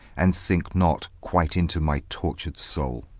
and sink not quite into my tortur'd soul?